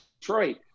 detroit